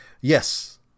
Yes